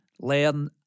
learn